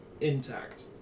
intact